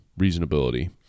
reasonability